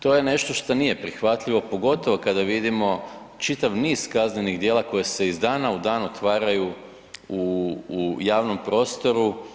To je nešto što nije prihvatljivo pogotovo kada vidimo čitav niz kaznenih djela koje se iz dana u dan otvaraju u javnom prostoru.